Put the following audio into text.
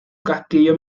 castillo